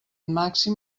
màxim